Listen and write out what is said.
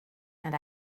and